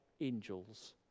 angels